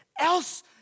else